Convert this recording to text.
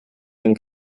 den